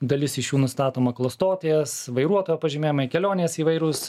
dalis iš jų nustatoma klastotės vairuotojo pažymėjimai kelionės įvairūs